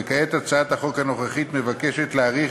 וכעת הצעת החוק הנוכחית מבקשת להאריך